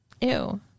Ew